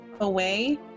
away